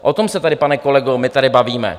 O tom se tady, pane kolego, tady bavíme.